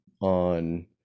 on